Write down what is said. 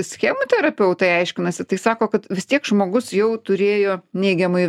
schemų terapeutai aiškinasi tai sako kad vis tiek žmogus jau turėjo neigiamai